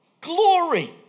glory